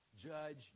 Judge